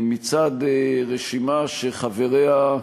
מצד רשימה שחבריה,